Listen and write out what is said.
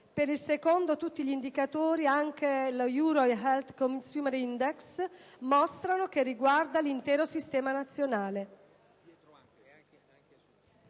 per il secondo tutti gli indicatori (anche l'Euro Health Consumer Index) mostrano che riguarda l'intero sistema nazionale;